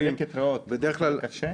דלקת ריאות זה קשה?